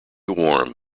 warm